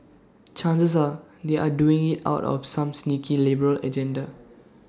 chances are they are doing IT out of some sneaky liberal agenda